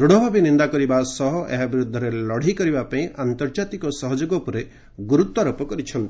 ଦୂଢ଼ ନିନ୍ଦା କରିବା ସହ ଏହା ବିରୁଦ୍ଧରେ ଲଢ଼େଇ କରିବା ପାଇଁ ଆନ୍ତର୍ଜାତିକ ସହଯୋଗ ଉପରେ ଗୁରୁତ୍ୱାରୋପ କରିଛନ୍ତି